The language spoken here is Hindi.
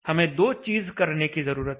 हमें दो चीज करने की जरूरत है